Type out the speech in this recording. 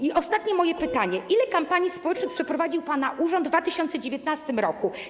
I ostatnie moje pytanie: Ile kampanii społecznych przeprowadził pana urząd w 2019 r.